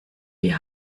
die